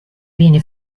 viene